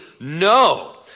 no